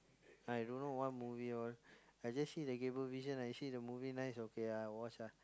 I don't know what movie all I just see the cable vision I see the movie nice okay I watch ah